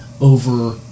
over